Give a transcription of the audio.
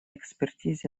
экспертизе